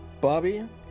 Bobby